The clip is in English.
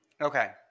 Okay